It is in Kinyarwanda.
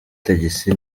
taxi